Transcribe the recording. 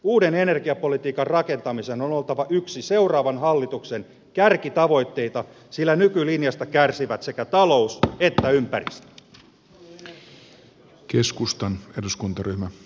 uuden energiapolitiikan rakentamisen on oltava yksi seuraavan hallituksen kärkitavoitteista sillä nykylinjasta kärsivät sekä talous että ympäristö